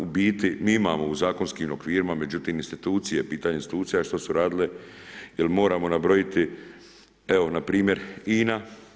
U biti, mi imamo u zakonskim okvirima, međutim, institucije, pitanje institucija što su radile jer moramo nabrojiti evo, npr. INA.